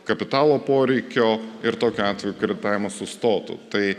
kapitalo poreikio ir tokiu atveju kreditavimas sustotų tai